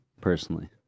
personally